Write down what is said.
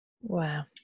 Wow